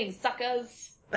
Suckers